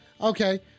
Okay